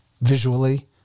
visually